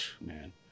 man